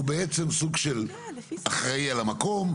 הוא בעצם סוג של אחראי על המקום.